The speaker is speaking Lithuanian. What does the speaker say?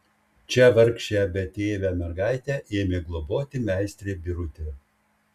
čia vargšę betėvę mergaitę ėmė globoti meistrė birutė